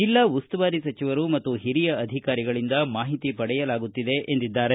ಜೆಲ್ಲಾ ಉಸ್ತುವಾರಿ ಸಚಿವರು ಮತ್ತು ಹಿರಿಯ ಅಧಿಕಾರಿಗಳಿಂದ ಮಾಹಿತಿ ಪಡೆಯಲಾಗುತ್ತಿದೆ ಎಂದಿದ್ದಾರೆ